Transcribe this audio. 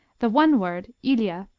the one word, ilha,